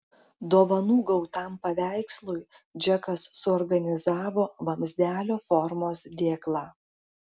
dovanų gautam paveikslui džekas suorganizavo vamzdelio formos dėklą